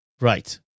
Right